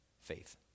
Faith